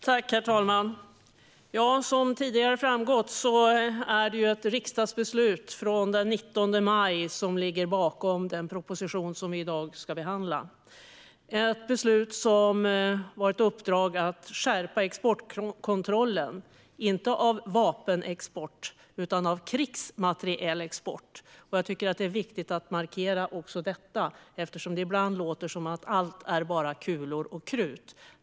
Herr talman! Som tidigare framgått är det ett riksdagsbeslut från den 19 maj som ligger bakom den proposition som vi i dag ska behandla. Beslutet innebär ett uppdrag att skärpa exportkontrollen, inte av vapenexport utan av krigsmaterielexport. Det är viktigt att markera detta eftersom det ibland låter som att allt bara är kulor och krut.